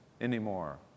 anymore